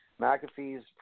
McAfee's